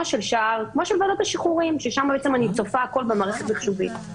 של ועדת השחרורים ששם אני צופה במערכת מחשובית.